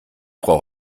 frau